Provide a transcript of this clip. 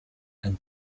and